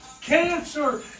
cancer